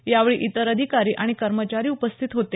यावेळी इतर अधिकारी आणि कर्मचारी उपस्थित होते